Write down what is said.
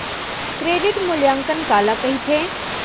Credit मूल्यांकन काला कहिथे?